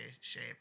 shape